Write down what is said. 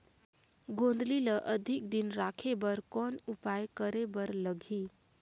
गोंदली ल अधिक दिन राखे बर कौन उपाय करे बर लगही?